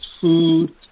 food